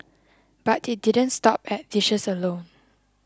but it didn't stop at dishes alone